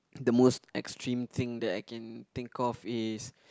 the most extreme thing that I can think of is